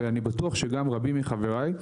ואני בטוח שגם רבים מחבריי,